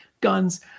guns